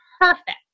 perfect